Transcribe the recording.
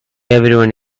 everyone